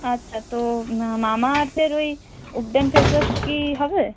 আচ্ছা তো মামাআর্থের ওই উবটান ফেস ওয়াশটা কি হবে